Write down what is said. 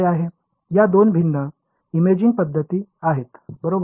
तर दोन भिन्न इमेजिंग पद्धती आहेत बरोबर